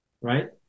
right